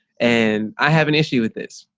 and i have an issue with this.